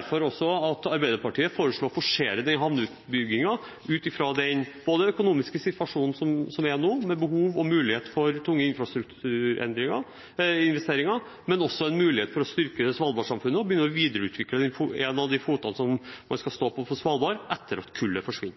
også derfor Arbeiderpartiet foreslo å forsere havneutbyggingen ut fra den økonomiske situasjonen vi er i nå, med behov og mulighet for tunge infrastrukturinvesteringer og med mulighet for å styrke Svalbard-samfunnet og begynne å videreutvikle en av føttene vi skal stå på på Svalbard etter at kullet forsvinner.